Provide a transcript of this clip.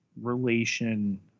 relation